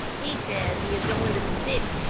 he says he is going to the city,